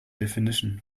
definition